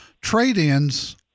trade-ins